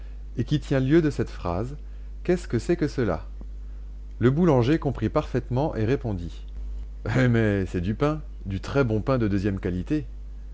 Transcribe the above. et qui tient lieu de cette phrase qu'est-ce que c'est que cela le boulanger comprit parfaitement et répondit eh mais c'est du pain du très bon pain de deuxième qualité